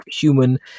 human